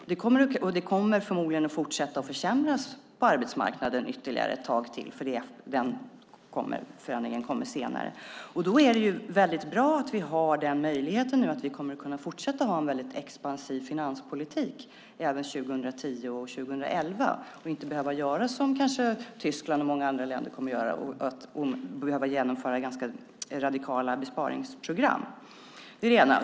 Läget på arbetsmarknaden kommer förmodligen att fortsätta att försämras ytterligare ett tag till eftersom förändringen där kommer senare. Då är det bra att vi nu har möjlighet att fortsätta ha en expansiv finanspolitik även 2010 och 2011 och inte behöver göra som Tyskland och många andra länder kommer att behöva göra, nämligen genomföra ganska radikala besparingsprogram.